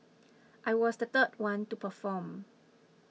I was the third one to perform